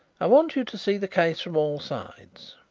i want you to see the case from all sides.